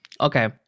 Okay